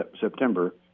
September